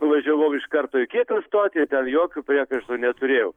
nuvažiavau iš karto į kitą stotį ten jokių priekaištų neturėjau